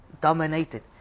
dominated